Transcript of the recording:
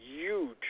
huge